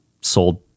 sold